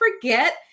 forget